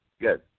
Good